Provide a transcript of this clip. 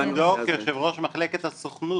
בתפקידו כיושב ראש מחלקת הסוכנות,